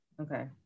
okay